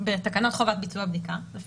לפי תקנות חובות ביצוע בדיקה,